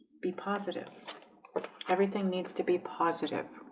be positive everything needs to be positive.